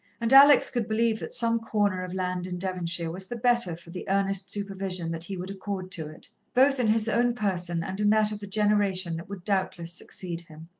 and alex could believe that some corner of land in devonshire was the better for the earnest supervision that he would accord to it, both in his own person and in that of the generation that would doubtless succeed him.